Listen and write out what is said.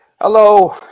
Hello